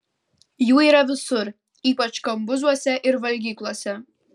jų yra visur ypač kambuzuose ir valgyklose